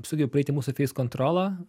sugebi praeiti mūsų feis kontrolą